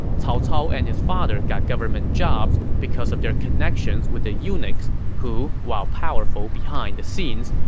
cao cao and his father got government jobs because of their connections with the eunuchs, who, while powerful behind the scenes,